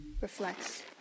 reflects